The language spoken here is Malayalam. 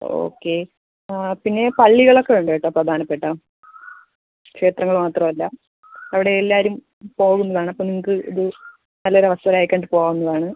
ഓക്കെ ആ പിന്നെ പള്ളികളൊക്കെ ഉണ്ട് കേട്ടോ പ്രധാനപ്പെട്ട ക്ഷേത്രങ്ങൾ മാത്രമല്ല അവിടെ എല്ലാവരും പോവുന്നതാണ് അപ്പം നിങ്ങൾക്ക് ഇത് നല്ലൊരു അവസരമായി കണ്ട് പോകാവുന്നതാണ്